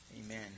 Amen